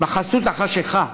בחסות החשכה,